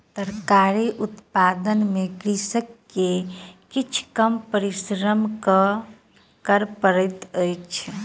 तरकारी उत्पादन में कृषक के किछ कम परिश्रम कर पड़ैत अछि